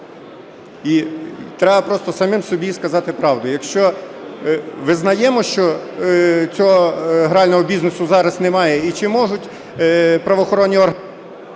І треба просто самим собі сказати правду: якщо визнаємо, що цього грального бізнесу зараз немає, і чи можуть правоохоронні органи...